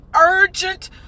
urgent